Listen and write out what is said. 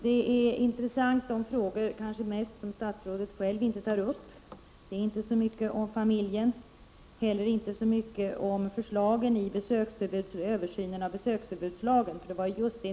De frågor som statsrådet inte tar upp är kanske de mest intressanta. Hon tar inte upp så mycket om familjen och inte heller om översynen av lagen om besöksförbud.